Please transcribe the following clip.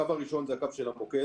הקו הראשון זה הקו של המוקד,